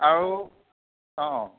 আৰু অঁ